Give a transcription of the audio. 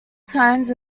times